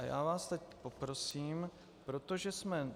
Já vás teď poprosím, protože jsme...